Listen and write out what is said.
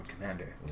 Commander